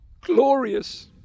glorious